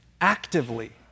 actively